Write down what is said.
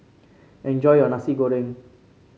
enjoy your Nasi Goreng